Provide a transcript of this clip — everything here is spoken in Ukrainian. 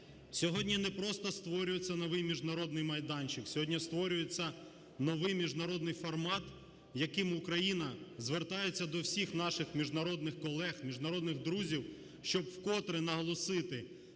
Сьогодні не просто створюється новий міжнародний майданчик, сьогодні створюється новий міжнародний формат, яким Україна звертається до всіх наших міжнародних колег, міжнародних друзів, щоб вкотре наголосити: